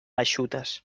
eixutes